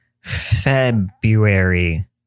February